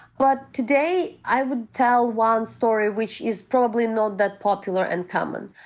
but today i would tell one story which is probably not that popular and common.